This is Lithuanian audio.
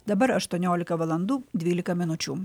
dabar aštuoniolika valandų dvylika minučių